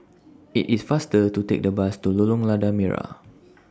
IT IS faster to Take The Bus to Lorong Lada Merah